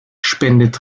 spendet